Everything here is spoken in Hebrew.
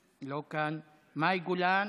לא כאן, מאי גולן,